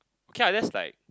okay lah that's like